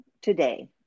today